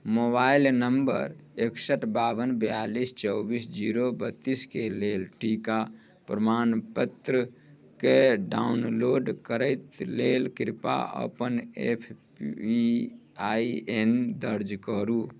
mobile number एकसठि बावन बिआलिस चौबिस जीरो बत्तीसके लेल टीका प्रमाणपत्रके डाउनलोड करैके लेल कृपा अपन एफ पी आइ एन दर्ज करू